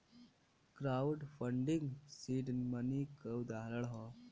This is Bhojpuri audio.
क्राउड फंडिंग सीड मनी क उदाहरण हौ